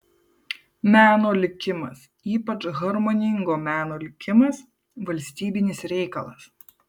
meno likimas ypač harmoningo meno likimas valstybinis reikalas